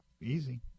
easy